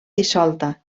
dissolta